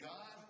God